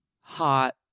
hot